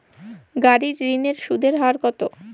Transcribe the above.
গাড়ির ঋণের সুদের হার কতো?